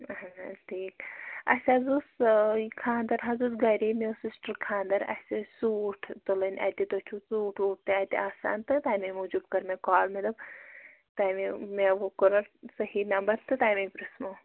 اَہَن حظ ٹھیٖک اَسہِ حظ اوس یہِ خانٛدر حظ اوس گَرے مےٚ اوس سِسٹر خانٛدر اَسہِ ٲسۍ سوٗٹھ تُلٕنۍ اَتہِ تۄہہِ چھُو سوٗٹھ ووٗٹ تہِ اَتہِ آسان تہٕ تَمے موٗجوٗب کٔر مےٚ کال مےٚ دوٚپ تَمے مےٚ وۄنۍ کوٚر وۄنۍ صحیح نمبرس تہٕ تَمے پرٛژھمو